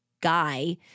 guy